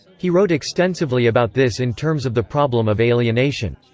he wrote extensively about this in terms of the problem of alienation.